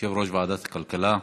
יושב-ראש ועדת הכלכלה,